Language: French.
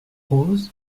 rose